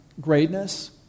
greatness